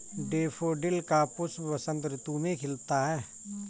daffodil का पुष्प बसंत ऋतु में खिलता है